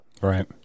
Right